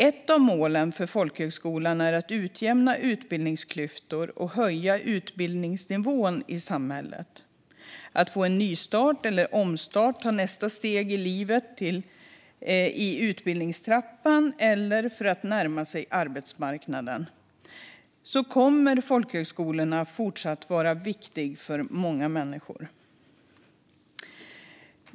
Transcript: Ett av målen för folkhögskolan är att utjämna utbildningsklyftor och höja utbildningsnivån i samhället. För många människor som behöver få en nystart eller omstart, ta nästa steg i livet och i utbildningstrappan eller närma sig arbetsmarknaden kommer folkhögskolorna fortsatt att vara viktiga.